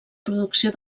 producció